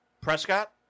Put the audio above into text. Prescott